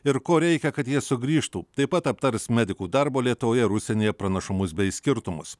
ir ko reikia kad jie sugrįžtų taip pat aptars medikų darbo lietuvoje ir užsienyje pranašumus bei skirtumus